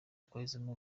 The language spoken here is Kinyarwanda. twahisemo